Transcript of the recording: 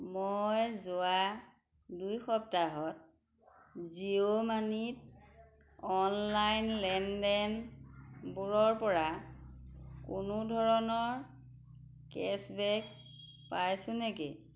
মই যোৱা দুই সপ্তাহত জিঅ' মানিত অনলাইন লেনদেনবোৰৰপৰা কোনো ধৰণৰ কেশ্ববেক পাইছোঁ নেকি